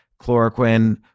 chloroquine